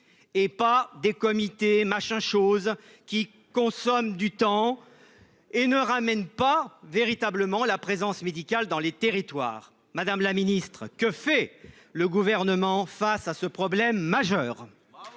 et non de comités « machin chose » qui consomment du temps et ne ramènent pas la présence médicale dans les territoires. Madame la ministre, que fait le Gouvernement face à ce problème majeur ?